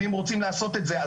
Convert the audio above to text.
ואם רוצים לעשות את זה,